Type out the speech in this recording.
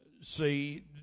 see